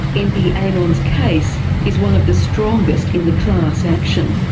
einpwy amom's case is one of the strongest in the class action.